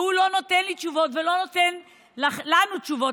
והוא לא נותן לי תשובות ולא נותן לנו תשובות,